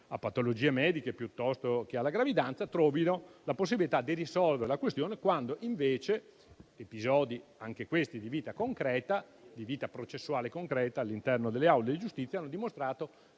a patologie mediche piuttosto che alla gravidanza, riescano a risolvere la questione. Ciò perché, invece, episodi, anche questi di vita concreta, di vita processuale concreta, all'interno delle aule di giustizia, hanno dimostrato